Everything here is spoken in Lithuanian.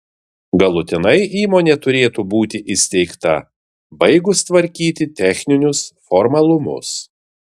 galutinai įmonė turėtų būti įsteigta baigus tvarkyti techninius formalumus